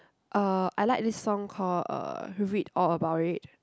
uh I like this song call uh read all about it